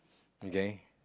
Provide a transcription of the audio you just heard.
okay